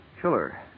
killer